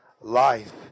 life